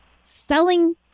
selling